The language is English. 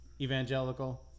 evangelical